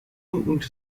und